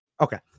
okay